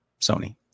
Sony